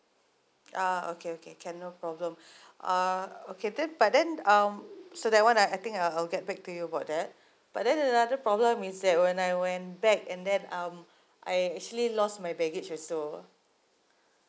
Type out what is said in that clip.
ah okay okay can no problem ah okay then but then um so that one I I think I I will get back to you about that but then another problem is that when I went back and then um I actually lost my baggage also